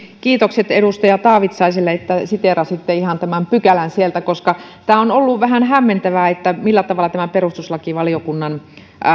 kiitokset edustaja taavitsaiselle että siteerasitte ihan tämän pykälän koska on ollut vähän hämmentävää millä tavalla tämä perustuslakivaliokunnan